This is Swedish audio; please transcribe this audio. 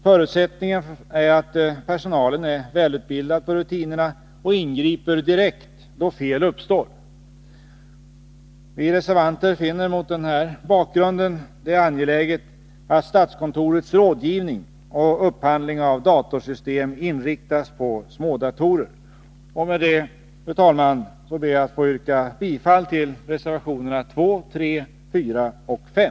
Förutsättningen är att personalen är välutbildad på rutinerna och ingriper direkt då fel uppstår. Vi reservanter finner mot denna bakgrund att det är angeläget att statskontorets rådgivning och upphandling av datorsystem inriktas på smådatorer. Med detta, fru talman, ber jag att få yrka bifall till reservationerna 2, 3, 4 och 5.